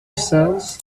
cents